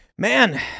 man